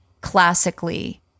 classically